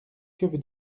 que